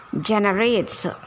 generates